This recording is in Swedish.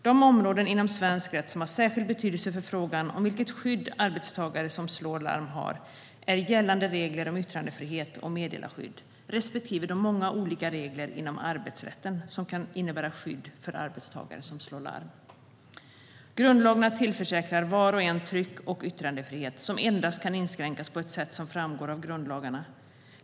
De områden inom svensk rätt som har särskild betydelse för frågan om vilket skydd arbetstagare som slår larm har är gällande regler om yttrandefrihet och meddelarskydd respektive de många olika regler inom arbetsrätten som kan innebära skydd för arbetstagare som slår larm. Grundlagarna tillförsäkrar var och en tryck och yttrandefrihet som kan inskränkas endast på det sätt som framgår av grundlagarna.